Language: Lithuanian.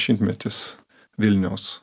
šimtmetis vilniaus